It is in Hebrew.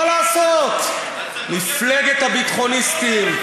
מה לעשות, מפלגת הביטחוניסטים.